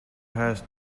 has